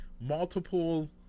multiple